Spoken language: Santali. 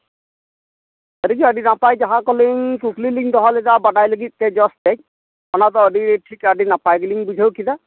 ᱥᱟᱹᱨᱤᱜᱮ ᱟᱹᱰᱤ ᱱᱟᱯᱟᱭ ᱡᱟᱦᱟᱸ ᱠᱚᱞᱤᱧ ᱠᱩᱠᱞᱤ ᱞᱤᱧ ᱫᱚᱦᱚᱞᱮᱫᱟ ᱵᱟᱰᱟᱭ ᱞᱟᱹᱜᱤᱫᱛᱮ ᱡᱚᱥ ᱛᱮᱫ ᱚᱱᱟ ᱫᱚ ᱟᱹᱰᱤ ᱴᱷᱤᱠ ᱟᱹᱰᱤ ᱱᱟᱯᱟᱭ ᱜᱮᱞᱤᱧ ᱵᱩᱡᱷᱟᱹᱣ ᱠᱮᱫᱟ